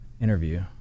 interview